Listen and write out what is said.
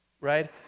right